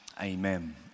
Amen